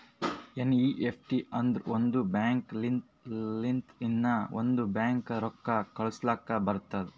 NEFT ಅಂದುರ್ ಒಂದ್ bank ಲಿಂತ ಇನ್ನಾ ಒಂದ್ ಬ್ಯಾಂಕ್ಗ ರೊಕ್ಕಾ ಕಳುಸ್ಲಾಕ್ ಬರ್ತುದ್